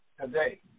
today